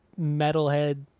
metalhead